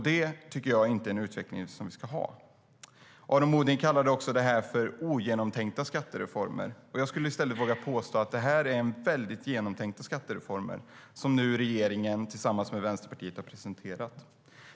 Det tycker jag inte är en utveckling som vi ska ha. Aron Modig kallade det för ogenomtänkta skattereformer. Jag skulle i stället våga påstå att det är väldigt genomtänkta skattereformer som regeringen nu tillsammans med Vänsterpartiet har presenterat.